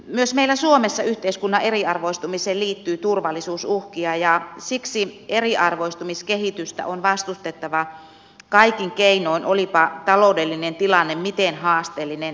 myös meillä suomessa yhteiskunnan eriarvoistumiseen liittyy turvallisuusuhkia ja siksi eriarvoistumiskehitystä on vastustettava kaikin keinoin olipa taloudellinen tilanne miten haasteellinen tahansa